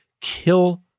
kill